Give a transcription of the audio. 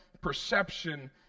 perception